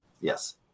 Yes